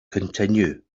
continue